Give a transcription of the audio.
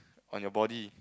on your body